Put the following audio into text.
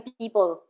people